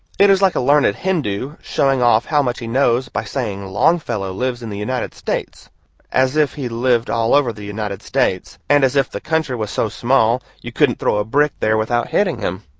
it is like a learned hindoo showing off how much he knows by saying longfellow lives in the united states as if he lived all over the united states, and as if the country was so small you couldn't throw a brick there without hitting him.